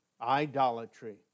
idolatry